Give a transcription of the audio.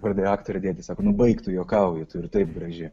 pradėjo aktorė dėtis sako nu baik tu juokauju tu ir taip graži